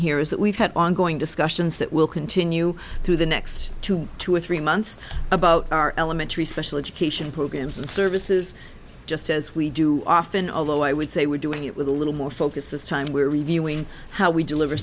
here is that we've had ongoing discussions that will continue through the next two to three months about our elementary special education programs and services just as we do often although i would say we're doing it with a little more focus this time we're reviewing how we deliver